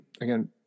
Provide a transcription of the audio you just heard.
again